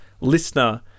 listener